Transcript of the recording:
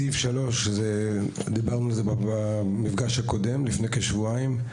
בסעיף 3, דיברנו במפגש הקודם, לפני כשבועיים,